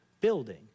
building